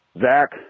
Zach